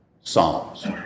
psalms